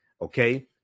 Okay